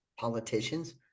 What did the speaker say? politicians